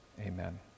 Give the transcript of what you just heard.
amen